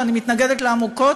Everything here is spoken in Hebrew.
שאני מתנגדת לה עמוקות,